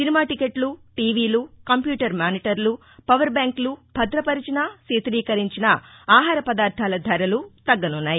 cinema టికెట్లు టీవీలు computer మానిటర్లు పవర్ బ్యాంకులు భద్రపరిచిన శీతలీకరించిన ఆహార పదార్థాల ధరలు తగ్గనున్నాయి